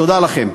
תודה לכם.